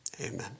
amen